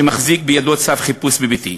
שמחזיק בידו צו חיפוש בביתי.